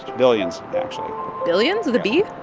billions, actually billions with a b?